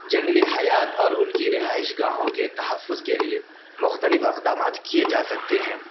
جنگلی حیات اور ان کی رہائش گاہوں کے تحفظ کے لیے مختلف اقدامات کیے جا سکتے ہیں